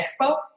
Expo